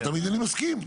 לא תמיד אני מסכים.